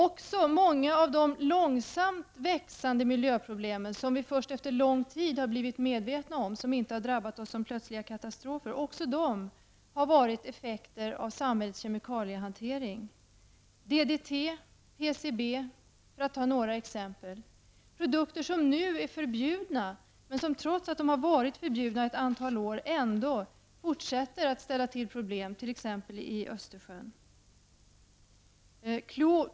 Också många av de långsamt växande miljöproblemen, som vi först efter lång tid har blivit medvetna om och som inte har drabbat oss som plötsliga katastrofer, har varit effekter av samhällets kemikaliehantering -- DDT och PCB, för att ta några exempel. Det är produkter som nu är förbjudna, men som trots att det har varit det under ett antal år ändå fortsätter att ställa till problem, t.ex. i Östersjön.